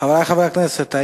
חברי חברי הכנסת,